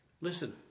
listen